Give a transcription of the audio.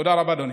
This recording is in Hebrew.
תודה רבה, אדוני.